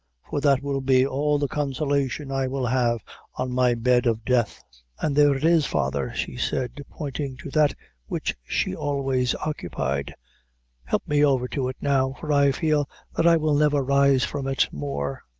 for that will be all the consolation i will have on my bed of death an' there it is, father, she said, pointing to that which she always occupied help me over to it now, for i feel that i will never rise from it more.